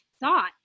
thought